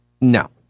No